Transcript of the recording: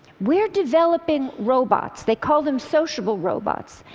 we're developing robots, they call them sociable robots,